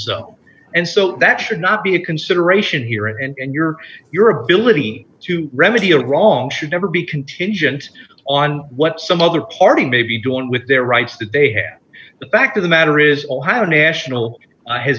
s and so that should not be a consideration here and your your ability to remedy a wrong should never be contingent on what some other party may be doing with their rights that they have the fact of the matter is all have a national has